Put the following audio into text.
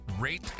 rate